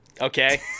Okay